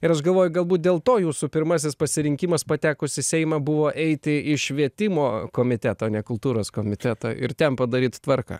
ir aš galvoju galbūt dėl to jūsų pirmasis pasirinkimas patekus į seimą buvo eiti į švietimo komitetą o ne kultūros komitetą ir ten padaryt tvarką